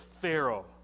Pharaoh